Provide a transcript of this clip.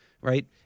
right